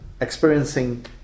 experiencing